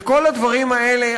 את כל הדברים האלה,